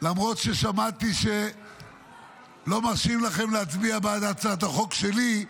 למרות ששמעתי שלא מרשים לכם להצביע בעד הצעת החוק שלי,